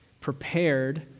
prepared